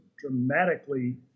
dramatically